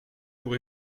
pour